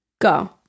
go